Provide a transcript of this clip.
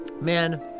Man